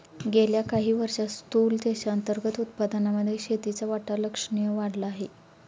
गेल्या काही वर्षांत स्थूल देशांतर्गत उत्पादनामध्ये शेतीचा वाटा लक्षणीय वाढला आहे